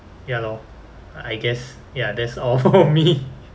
ya lor I guess ya that's all for me